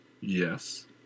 yes